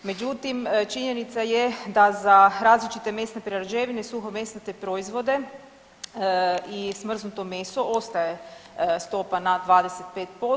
Međutim, činjenica je da za različite mesne prerađevine, suhomesnate proizvode i smrznuto meso ostaje stopa na 25%